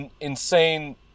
insane